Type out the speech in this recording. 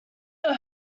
know